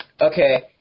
Okay